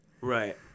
Right